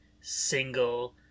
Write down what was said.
single